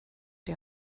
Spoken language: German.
die